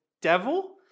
devil